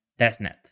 testnet